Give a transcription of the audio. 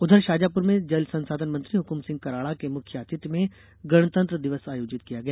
उधर शाजापूर में जल संसाधन मंत्री हक्म सिंह कराडा के मुख्य आतिथ्य में गणतंत्र दिवस आयोजित किया गया